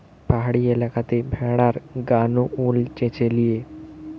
পাহাড়ি এলাকাতে ভেড়ার গা নু উল চেঁছে লিছে